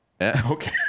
Okay